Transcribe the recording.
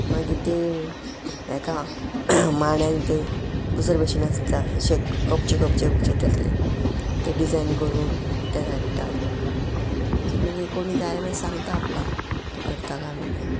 मागीर ते हाका मांड्यांक ते दुसरे भशेन आसता अशे कपच्यो कपचे कपचे तसले ते डिजायन करून ते धाडटा मागीर एक कोणी जाय मागीर सांगता आपल्याक तूं करता काय म्हणून